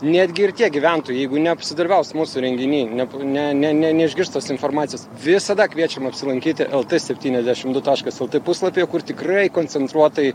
netgi ir tie gyventojai jeigu neapsidalyvaus mūsų renginy ne ne ne ne neišgirs tos informacijos visada kviečiam apsilankyti lt septyniasdešim du taškas lt puslapyje kur tikrai koncentruotai